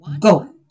go